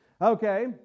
Okay